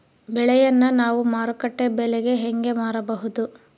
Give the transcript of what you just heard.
ಬೆಳೆಯನ್ನ ನಾವು ಮಾರುಕಟ್ಟೆ ಬೆಲೆಗೆ ಹೆಂಗೆ ಮಾರಬಹುದು?